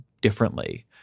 differently